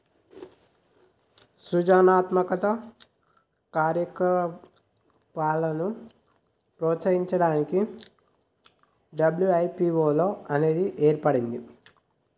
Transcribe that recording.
సృజనాత్మక కార్యకలాపాలను ప్రోత్సహించడానికి డబ్ల్యూ.ఐ.పీ.వో అనేది ఏర్పడినాది